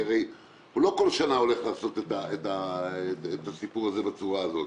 כי הרי לא כל שנה הוא הולך לעשות את הסיפור הזה בצורה הזאת.